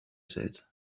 said